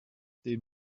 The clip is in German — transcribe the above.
dem